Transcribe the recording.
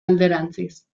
alderantziz